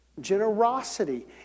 Generosity